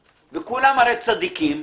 אני כל הזמן מנסה לצעוד צעד אחד קדימה,